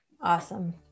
Awesome